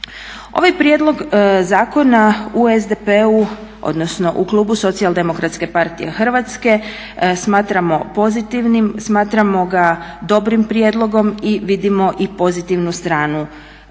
Ovaj prijedlog zakona u SDP-u, odnosno u klubu Socijaldemokratske partije Hrvatske smatramo pozitivnim, smatramo ga dobrim prijedlogom i vidimo i pozitivnu stranu onoga